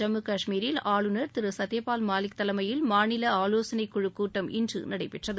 ஜம்மு காஷ்மீரில் ஆளுநர் திரு சத்யபால் மாலிக் தலைமையில் மாநில ஆலோசனைக் குழு கூட்டம் இன்று நடைபெற்றது